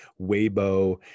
Weibo